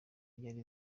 yari